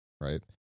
right